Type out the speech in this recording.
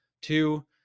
Two